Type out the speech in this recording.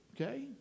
okay